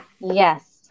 Yes